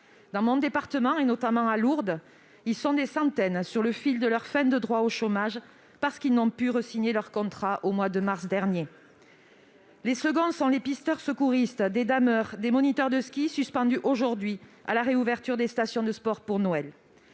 Dans mon département, notamment à Lourdes, ils sont des centaines sur le fil de leur fin de droits au chômage, parce qu'ils n'ont pu signer un nouveau contrat au mois de mars dernier. Les seconds sont des pisteurs secouristes, des dameurs, des moniteurs de ski aujourd'hui suspendus à la réouverture des stations de sports d'hiver pour Noël.